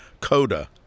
Coda